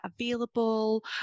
available